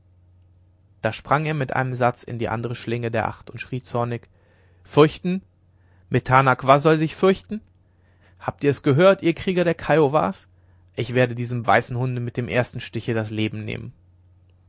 da sprang er mit einem satze in die andere schlinge der acht und schrie zornig fürchten metan akva soll sich fürchten habt ihr es gehört ihr krieger der kiowas ich werde diesem weißen hunde mit dem ersten stiche das leben nehmen